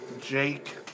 Jake